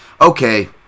okay